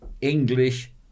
English